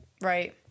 Right